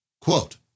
Quote